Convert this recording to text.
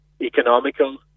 economical